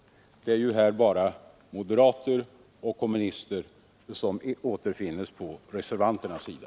Det är ju bara moderater och kommunister som återfinns på reservanternas sida.